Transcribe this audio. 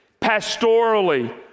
pastorally